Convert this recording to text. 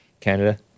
Canada